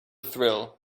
thrill